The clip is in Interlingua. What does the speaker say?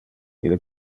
ille